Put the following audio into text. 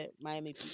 Miami